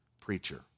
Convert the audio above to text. preacher